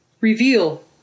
reveal